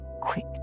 quick